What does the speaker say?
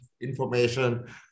information